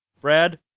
Brad